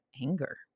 anger